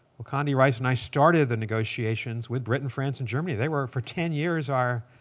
condi rice and i started the negotiations with britain, france, and germany, they were for ten years our